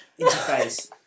interface